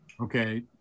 Okay